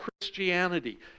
Christianity